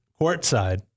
courtside